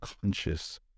conscious